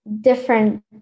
different